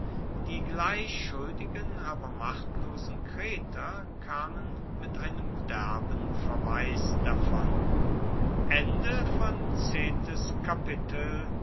die gleich schuldigen aber machtlosen kreter kamen mit einem derben verweis davon